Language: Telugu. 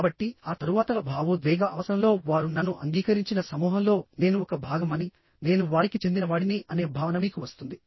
కాబట్టి ఆ తరువాత భావోద్వేగ అవసరంలో వారు నన్ను అంగీకరించిన సమూహంలో నేను ఒక భాగమని నేను వారికి చెందినవాడిని అనే భావన మీకు వస్తుంది